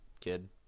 kid